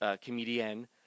comedian